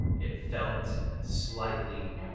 it felt slightly